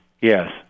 yes